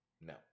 No